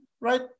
right